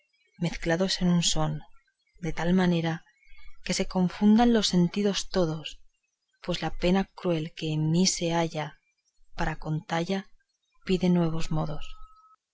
mezclados en un son de tal manera que se confundan los sentidos todos pues la pena cruel que en mí se halla para contalla pide nuevos modos